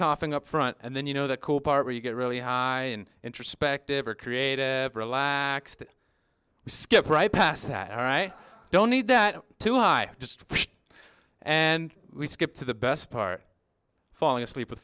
coughing up front and then you know the cool part where you get really high introspective or creative relaxed you skip right past that right i don't need that to i just pushed and we skip to the best part falling asleep with